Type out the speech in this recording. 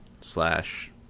slash